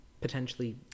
potentially